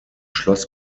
schloss